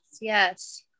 yes